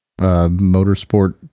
motorsport